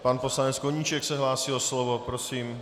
Pan poslanec Koníček se hlásí o slovo, prosím.